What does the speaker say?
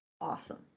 Awesome